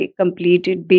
completed